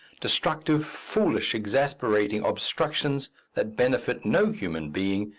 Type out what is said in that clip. destructive, foolish, exasperating obstructions that benefit no human being,